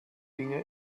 dinge